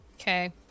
Okay